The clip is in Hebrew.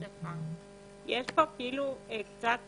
כאן קצת